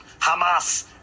Hamas